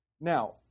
Now